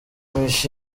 kamichi